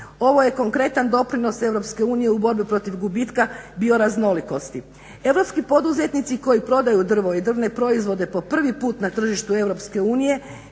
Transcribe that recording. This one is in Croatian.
Ovo je konkretan doprinos EU u borbi protiv gubitka bioraznolikosti. Europski poduzetnici koji prodaju drvo i drvne proizvode po prvi put na tržištu EU